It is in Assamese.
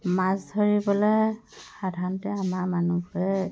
মাছ ধৰিবলৈ সাধাৰণতে আমাৰ মানুহবোৰে